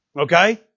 Okay